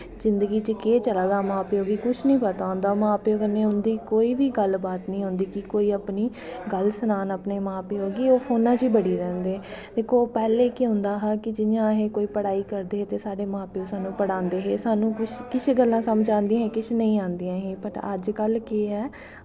जिंदगी च केह् चला दा मां प्यो गी कुछ नी पता होंदा मां प्यो कन्नै उंदी कोई गल्ल बीत नी होंदी कि कोई अपनी गल्ल सनान अपनें मां प्यो गी ओह् फोन च गै बड़ी रैंह्दे दिक्खो पैह्लें केह् होंदा हा कि जदूं अस कोई पढ़ाई करदे हे ते साढ़े मां प्यो स्हानू पढ़ांदे हे स्हानू कुछ गल्लां समझ आंदियां हां कुछ नेंईंआंदियां हां पर अज्ज कल केह् ऐ